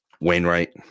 Wainwright